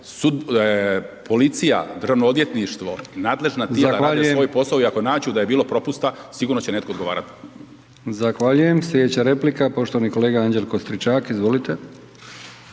policija, Državno odvjetništvo, nadležna tijela rade svoj posao i ako nađu da je bilo propusta, sigurno će netko odgovarati. **Brkić, Milijan (HDZ)** Zahvaljujem. Slijedeća replika, poštovani kolega Anđelko Stričak, izvolite.